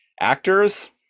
actors